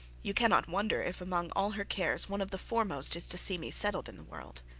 you cannot wonder if among all her cares one of the foremost is to see me settled in the world